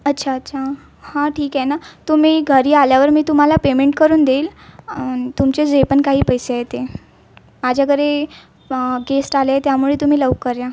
अच्छा अच्छा हां ठीके आहे ना तुम्ही घरी आल्यावर मी तुम्हाला पेमेंट करून देईल तुमचे जे पण काही पैसे आहे ते माझ्या घरी गेस्ट आले आहे त्यामुळे तुम्ही लवकर या